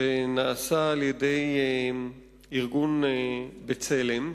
שנעשה על-ידי ארגון "בצלם".